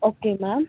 okay ma'am